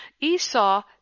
Esau